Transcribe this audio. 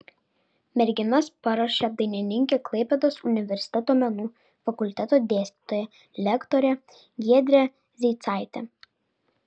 merginas paruošė dainininkė klaipėdos universiteto menų fakulteto dėstytoja lektorė giedrė zeicaitė